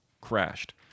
crashed